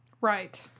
Right